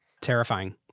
Terrifying